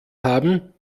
haben